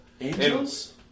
Angels